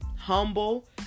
humble